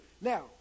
Now